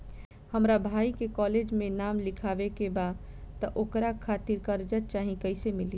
हमरा भाई के कॉलेज मे नाम लिखावे के बा त ओकरा खातिर कर्जा चाही कैसे मिली?